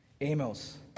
Amos